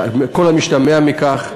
על כל המשתמע מכך.